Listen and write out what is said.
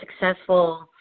successful